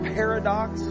paradox